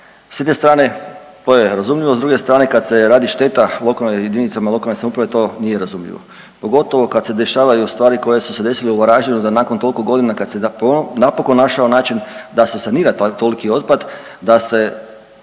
S jedne strane to je razumljivo, s druge strane kad se radi šteta jedinicama lokalne samouprave to nije razumljivo, pogotovo kad se dešavaju stvari koje su se desile u Varaždinu da nakon toliko godina kad se napokon našao način da se sanira toliki otpad da se